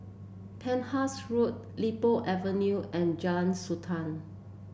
Penhas Road Li Po Avenue and Jalan Srantan